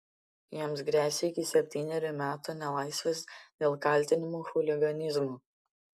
jiems gresia iki septynerių metų nelaisvės dėl kaltinimų chuliganizmu